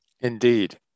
Indeed